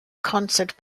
concert